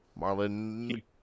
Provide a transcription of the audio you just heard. Marlon